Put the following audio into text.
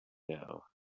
now